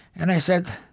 and i said,